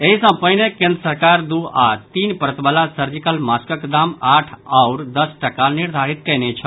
एहि सँ पहिने केंद्र सरकार दू आओर तीन परत वाला सर्जिकल मास्कक दाम आठ आओर दस टाका निर्धारित कएने छल